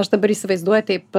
aš dabar įsivaizduoju taip